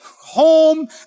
home